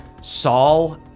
Saul